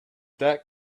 that